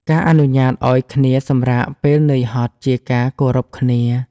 ការអនុញ្ញាតឱ្យគ្នាសម្រាកពេលនឿយហត់ជាការគោរពគ្នា។